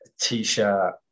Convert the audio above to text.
t-shirt